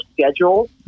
schedule